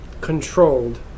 Controlled